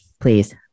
Please